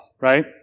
right